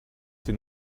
sie